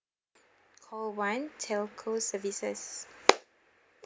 call one telco services